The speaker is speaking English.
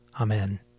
Amen